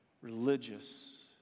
religious